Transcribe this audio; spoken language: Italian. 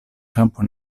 campo